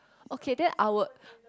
okay then I would